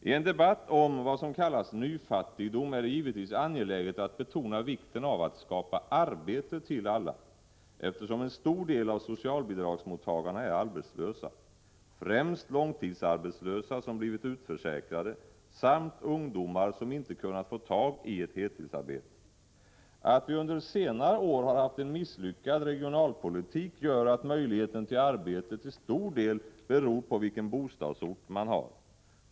I en debatt om det som kallas nyfattigdom är det givetvis angeläget att betona vikten av att skapa arbete till alla, eftersom en stor del av socialbidragsmottagarna är arbetslösa, främst långtidsarbetslösa som blivit utförsäkrade samt ungdomar som inte kunnat få tag i ett heltidsarbete. Att vi under senare år har haft en misslyckad regionalpolitik gör att möjligheten till arbete till stor del beror på vilken bostadsort man har.